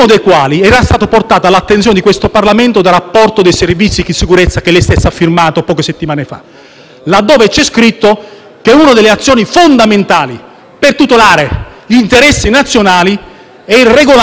fa. Lì c'è scritto che una delle azioni fondamentali per tutelare gli interessi nazionali è il regolamento - lo ha firmato lei il rapporto - sullo *screening* degli investimenti esteri in Europa.